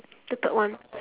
the third one